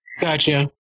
Gotcha